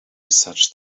such